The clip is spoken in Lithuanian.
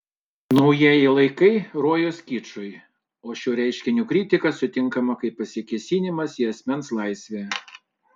naujieji laikai rojus kičui o šio reiškinio kritika sutinkama kaip pasikėsinimas į asmens laisvę